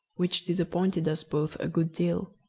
which disappointed us both a good deal.